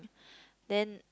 then